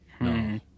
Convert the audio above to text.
no